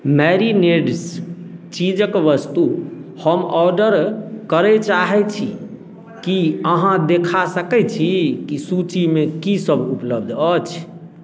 marinades चीजक वस्तु हम ऑर्डर करय चाहैत छी की अहाँ देखा सकैत छी कि सूचीमे कीसभ उपलब्ध अछि